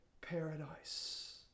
paradise